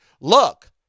look